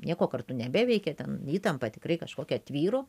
nieko kartu nebeveikia ten įtampa tikrai kažkokia tvyro